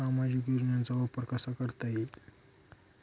सामाजिक योजनेचा वापर कसा करता येईल?